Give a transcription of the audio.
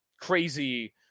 crazy